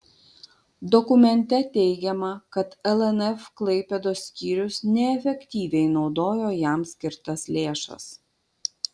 dokumente teigiama kad lnf klaipėdos skyrius neefektyviai naudojo jam skirtas lėšas